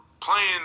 playing